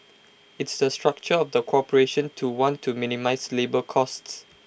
it's the structure of the corporation to want to minimise labour costs